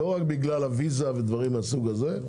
לא רק בגלל הוויזה ודברים מן הסוג הזה.